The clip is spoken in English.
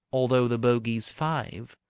although the bogey's five!